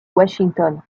washington